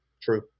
True